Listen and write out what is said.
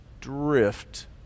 drift